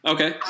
Okay